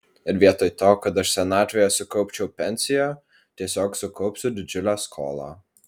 ir vietoj to kad aš senatvėje sukaupčiau pensiją tiesiog sukaupsiu didžiulę skolą